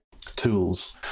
tools